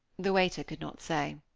the waiter could not say.